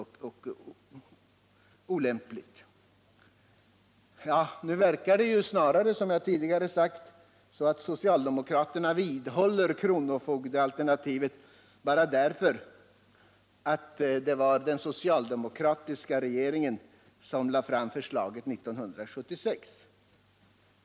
Som jag tidigare har sagt verkar det snarare som om socialdemokraterna vidhåller kronofogdealternativet bara därför att det var den socialdemokratiska regeringen som lade fram förslaget 1976.